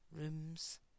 Rooms